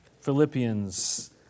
Philippians